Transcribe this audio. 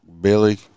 billy